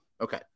Okay